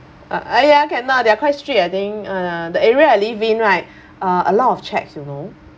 uh ya cannot they're quite strict I think uh the area I live in right uh a lot of checks you know